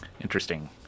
Interesting